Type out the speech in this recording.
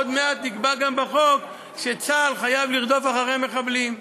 עוד מעט גם נקבע בחוק שצה"ל חייב לרדוף אחרי מחבלים,